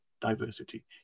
Diversity